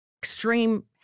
Extreme